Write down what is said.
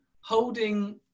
holding